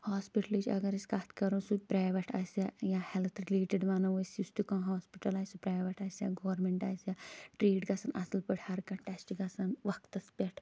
ہاسپِٹلٕچ اگر أسۍ کَتھ کَرَو سُہ تہِ پریٚویٹ آسیا یا ہٮ۪لتھ رٔلیٹِڈ وَنَو أسۍ یُس تہِ کانٛہہ ہاسپِٹَل آسہِ سُہ پریٚویٚٹ آسیا گورمنٹ آسیا ٹریٖٹ گژھان اصٕل پٲٹھۍ ہر کانٛہہ ٹیشٹ گژھان وَقتَس پٮ۪ٹھ